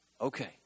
Okay